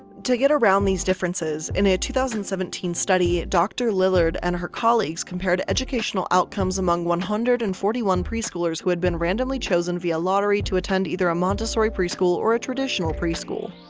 to get around these differences, in a a two thousand and seventeen study, dr. lillard and her colleagues compared to educational outcomes among one hundred and forty one preschoolers who had been randomly chosen via lottery to attend either a montessori preschool or a traditional preschool.